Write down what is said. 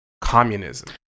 communism